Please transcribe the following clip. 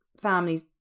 families